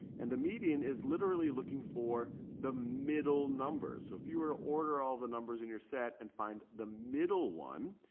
and the median is literally looking for the middle number so if you were to order all the numbers in your set and find the middle one,